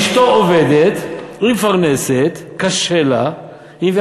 אשתו עובדת, היא מפרנסת.